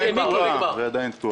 אבל היא עדיין תקועה.